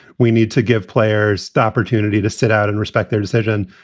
we need to give players the opportunity to sit out and respect their decision,